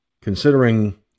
considering